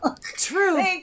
True